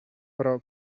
però